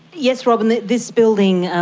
yes robyn, this building, ah